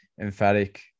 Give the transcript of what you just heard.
emphatic